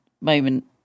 Moment